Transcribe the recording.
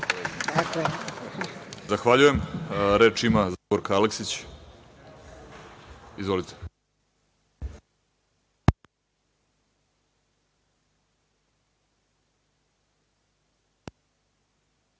Zahvaljujem. Reč ima Zagorka Aleskić. Izvolite.